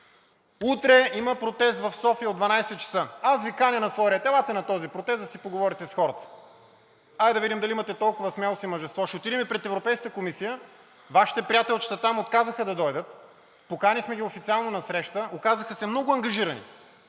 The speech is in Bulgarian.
Утре ще има протест в София от 12,00 ч. Аз Ви каня на свой ред – елате на този протест, за да си поговорите с хората. Айде да видим дали имате толкова смелост и мъжество! Ще отидем пред Европейската комисия, а Вашите приятелчета там отказаха да дойдат, поканихме ги официално на среща, оказаха се много ангажирани